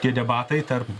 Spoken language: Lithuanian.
tie debatai tarp